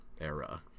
era